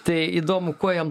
tai įdomu kuo jam